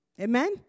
Amen